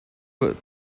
with